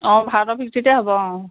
অঁ ভাৰতৰ ভিত্তিতে হ'ব অঁ